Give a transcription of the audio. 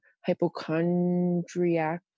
hypochondriac